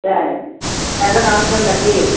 ಸರಿ ಎರಡನ್ನು ನೋಡ್ಕೊಂಡು ಬರ್ತೀವಿ